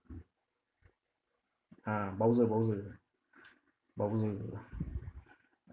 ah bowser bowser bowser